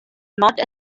not